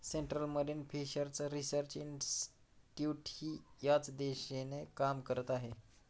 central Marine Fishers Research इन्स्टिट्यूटही याच दिशेने काम करत आहे